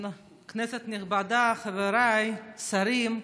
כנסת נכבדה, חבריי, שרים,